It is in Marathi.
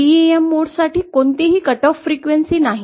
TEM मोड साठी कोणतीही कट ऑफ फ्रीक्वेन्सी नाही